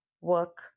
work